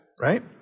Right